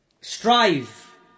Strive